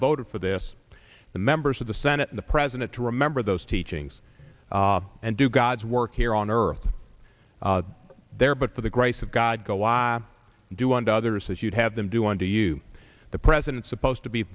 voted for this the members of the senate the president to remember those teachings and do god's work here on earth there but for the grace of god go i do unto others as you'd have them do unto you the president supposed to be